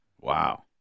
Wow